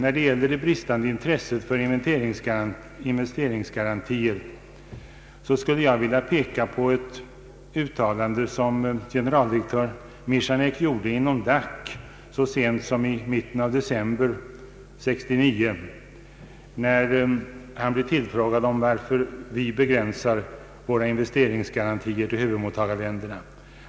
Vad gäller det bristande intresset för investeringsgarantier skulle jag vilja erinra om ett uttalande som generaldirektör Michanek gjorde inom DAC så sent som i mitten av december 1969, när han blev tillfrågad om anledningen till att vi begränsar våra investeringsgarantier till huvudmottagarländerna.